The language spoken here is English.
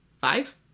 Five